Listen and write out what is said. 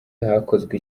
hakozwe